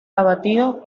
abatido